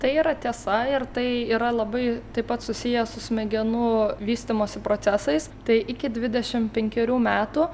tai yra tiesa ir tai yra labai taip pat susiję su smegenų vystymosi procesais tai iki dvidešimt penkerių metų